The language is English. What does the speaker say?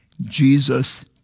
Jesus